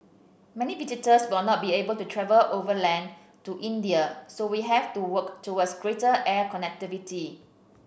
many visitors will not be able to travel overland to India so we have to work towards greater air connectivity